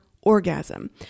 orgasm